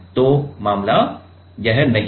तो मामला यह नहीं है